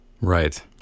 right